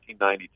1992